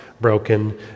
broken